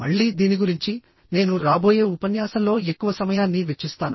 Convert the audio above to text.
మళ్ళీ దీని గురించి నేను రాబోయే ఉపన్యాసంలో ఎక్కువ సమయాన్నీ వెచ్చిస్తాను